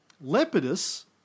Lepidus